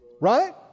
Right